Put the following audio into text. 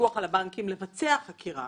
בפיקוח על הבנקים לבצע חקירה.